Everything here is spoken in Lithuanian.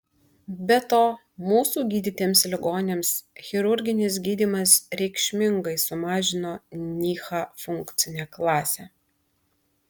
be to mūsų gydytiems ligoniams chirurginis gydymas reikšmingai sumažino nyha funkcinę klasę